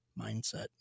mindset